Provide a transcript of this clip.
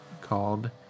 called